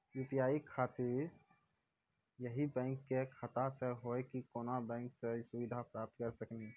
UPI के खातिर यही बैंक के खाता से हुई की कोनो बैंक से सुविधा प्राप्त करऽ सकनी?